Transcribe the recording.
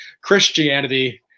Christianity